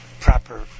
proper